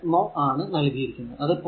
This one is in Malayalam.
ഇവിടെ മോ ആണ് നൽകിയിരിക്കുന്നത്